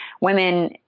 Women